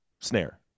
snare